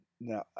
Now